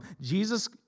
Jesus